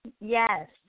Yes